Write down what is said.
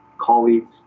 colleagues